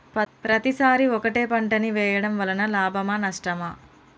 పత్తి సరి ఒకటే పంట ని వేయడం వలన లాభమా నష్టమా?